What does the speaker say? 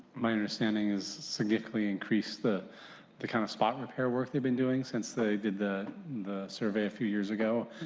my understanding is, significantly increase the the kind of spot repair work they've been doing. since they did the the survey a few years ago.